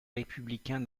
républicains